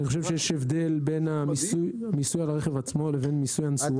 אני חושב שיש הבדל בין המיסוי על הרכב עצמו לבין מיסוי הנסועה.